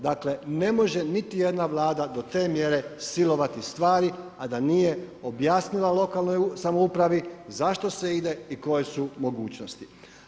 Dakle, ne može niti jedna vlada do te mjere silovati stvari, a da nije objasnila lokalnoj samoupravi zašto se ide i koje su mogućnosti.